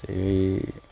ସେ